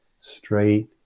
straight